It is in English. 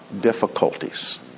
difficulties